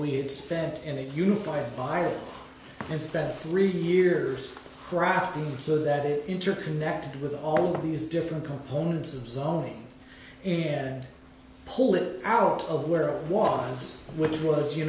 had spent in a unified iraq and spent three years crafting so that it interconnected with all these different components of zoning in and pull it out of where i was which was you